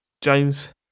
James